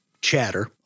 chatter